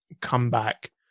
comeback